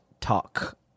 talk